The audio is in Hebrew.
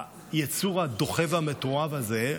היצור הדוחה והמתועב הזה,